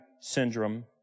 syndrome